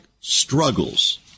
struggles